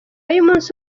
y’umunsi